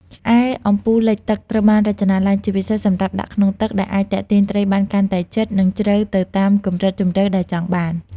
ឯ អំពូលលិចទឹក ត្រូវបានរចនាឡើងជាពិសេសសម្រាប់ដាក់ក្នុងទឹក ដែលអាចទាក់ទាញត្រីបានកាន់តែជិត និងជ្រៅទៅតាមកម្រិតជម្រៅដែលចង់បាន។